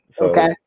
Okay